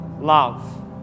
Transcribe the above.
love